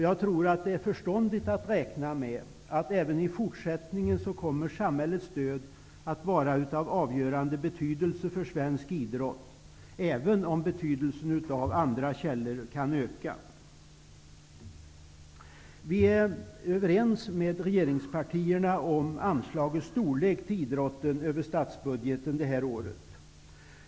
Jag tror att det är förståndigt att räkna med att samhällets stöd även i fortsättningen kommer att vara av avgörande betydelse för svensk idrott -- även om betydelsen av andra inkomstkällor kan öka. Vi är överens med regeringspartierna om anslagets storlek till idrotten över statsbudgeten detta år.